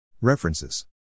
References